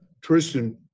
Tristan